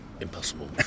impossible